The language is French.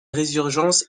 résurgence